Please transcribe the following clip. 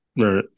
right